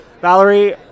Valerie